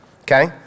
Okay